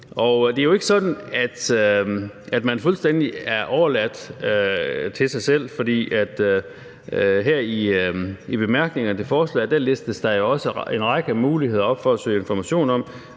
Det er jo ikke sådan, at man er fuldstændig overladt til sig selv, for her i bemærkningerne til forslaget listes der også en række muligheder op for at søge information og